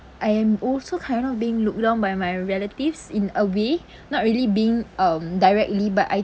I am also kind of being looked down by my relatives in a way not really being um directly but I